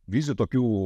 vizijų tokių